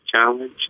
challenge